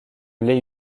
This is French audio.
lait